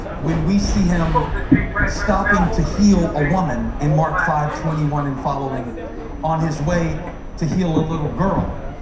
when we see him stopping to heal a woman in mark five twenty one and following on his way to heal a little girl.